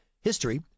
history